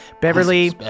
Beverly